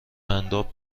قنداب